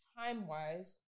time-wise